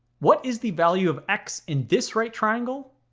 what is the value of x in this right triangle?